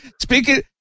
Speaking